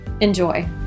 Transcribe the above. Enjoy